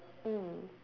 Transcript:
mm